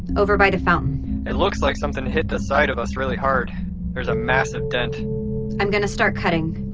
over by the fountain it looks like something hit the side of us really hard there's a massive dent i'm going to start cutting